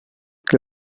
que